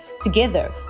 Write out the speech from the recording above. together